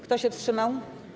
Kto się wstrzymał?